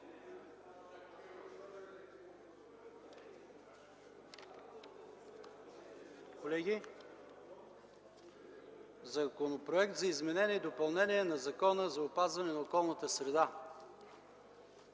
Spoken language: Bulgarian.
Законопроект за изменение и допълнение на Закона за опазване на околната среда,